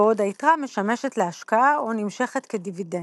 בעוד היתרה משמשת להשקעה או נמשכת כדיבידנד,